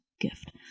gift